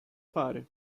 fare